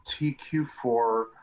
TQ4